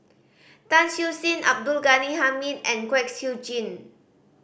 Tan Siew Sin Abdul Ghani Hamid and Kwek Siew Jin